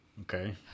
okay